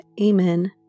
Amen